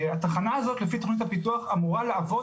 התחנה הזו לפי תכנית הפיתוח אמורה לעבוד